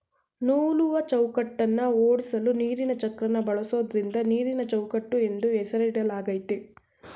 ನೂಲುವಚೌಕಟ್ಟನ್ನ ಓಡ್ಸಲು ನೀರಿನಚಕ್ರನ ಬಳಸೋದ್ರಿಂದ ನೀರಿನಚೌಕಟ್ಟು ಎಂದು ಹೆಸರಿಡಲಾಗಯ್ತೆ